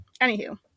anywho